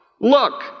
Look